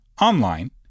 online